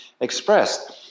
expressed